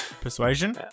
Persuasion